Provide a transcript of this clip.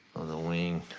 oh, the wing.